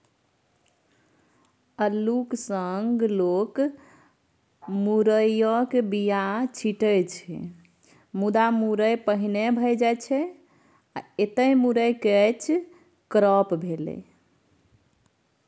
अल्लुक संग लोक मुरयक बीया छीटै छै मुदा मुरय पहिने भए जाइ छै एतय मुरय कैच क्रॉप भेलै